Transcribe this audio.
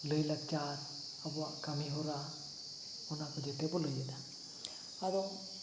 ᱞᱟᱹᱭ ᱞᱟᱠᱪᱟᱨ ᱟᱵᱚᱣᱟᱜ ᱠᱟᱹᱢᱤᱦᱚᱨᱟ ᱚᱱᱟᱠᱚ ᱡᱚᱛᱚᱵᱚ ᱞᱟᱹᱭ ᱮᱫᱟ ᱟᱫᱚ